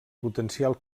potencial